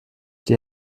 die